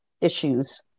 issues